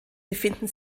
befinden